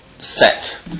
set